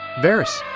Varys